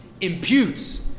imputes